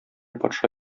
патша